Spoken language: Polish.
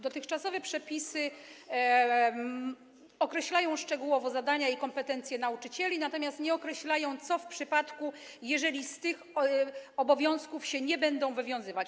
Dotychczasowe przepisy określają szczegółowo zadania i kompetencje nauczycieli, natomiast nie określają, co w przypadku gdy z tych obowiązków się nie będą wywiązywać.